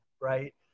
right